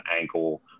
ankle